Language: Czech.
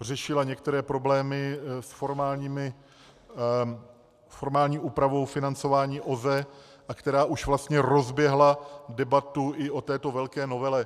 řešila některé problémy s formální úpravou financování OZE a která už vlastně rozběhla debatu i o této velké novele.